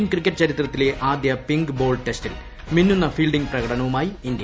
Indian cricket ചരിത്രത്തിലെ ആദ്യ pink ball ടെസ്റ്റിൽ മിന്നുന്ന ഫീൽഡിംഗ് പ്രകടനവുമായി ഇന്ത്യ